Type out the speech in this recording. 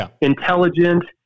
intelligent